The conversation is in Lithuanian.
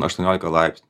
aštuoniolika laipsnių